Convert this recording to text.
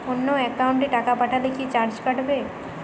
অন্য একাউন্টে টাকা পাঠালে কি চার্জ কাটবে?